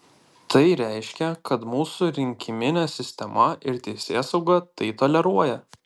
tai reiškia kad mūsų rinkiminė sistema ir teisėsauga tai toleruoja